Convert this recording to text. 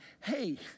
hey